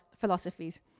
philosophies